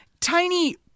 tiny